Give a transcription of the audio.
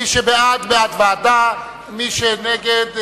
מי שבעד, בעד ועדה, מי שנגד,